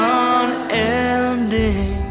unending